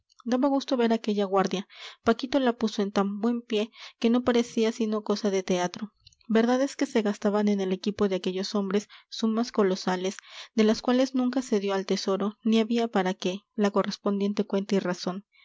daba gusto ver aquella guardia paquito la puso en tan buen pie que no parecía sino cosa de teatro verdad es que se gastaban en el equipo de aquellos hombres sumas colosales de las cuales nunca se dio al tesoro ni había para qué la correspondiente cuenta y razón